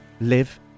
live